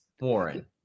Warren